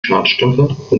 schadstoffe